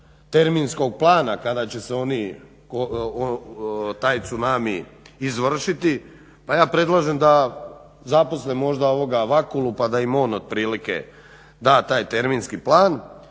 terminskog plana kada će se taj tsunami izvršiti pa ja predlažem da zaposle možda Vakulu pa da im on otprilike da taj terminski plan.